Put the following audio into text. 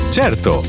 certo